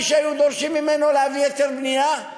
שהיו דורשים ממנו להביא היתר בנייה?